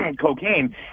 cocaine